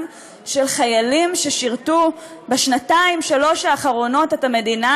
של חיילים ששירתו בשנתיים-שלוש האחרונות את המדינה,